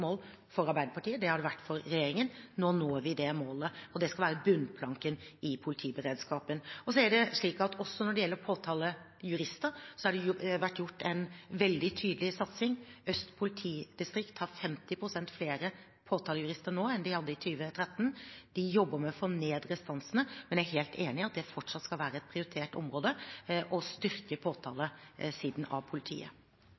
mål for Arbeiderpartiet, og det har det vært for regjeringen. Nå når vi det målet, og det skal være bunnplanken i politiberedskapen. Så er det slik at også når det gjelder påtalejurister, har det vært gjort en veldig tydelig satsing. Øst politidistrikt har 50 pst. flere påtalejurister nå enn de hadde i 2013. De jobber med å få ned restansene, men jeg er helt enig i at det fortsatt skal være et prioritert område å styrke